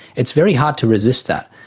it's very hard to resist that,